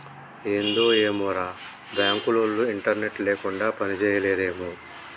ఏందో ఏమోరా, బాంకులోల్లు ఇంటర్నెట్ లేకుండ పనిజేయలేరేమో